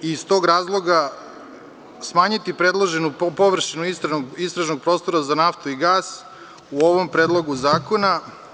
Iz tog razloga smanjiti predloženu površinu istražnog prostora za naftu i gas u ovom Predlogu zakona.